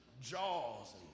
jaws